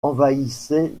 envahissait